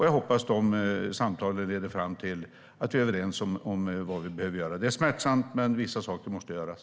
Jag hoppas att de samtalen leder fram till att vi är överens om vad vi behöver göra. Det är smärtsamt, men vissa saker måste göras.